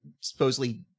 supposedly